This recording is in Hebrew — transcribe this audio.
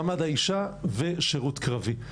מעמד האישה ושירות קרבי.